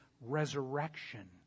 resurrection